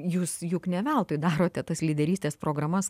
jūs juk ne veltui darote tas lyderystės programas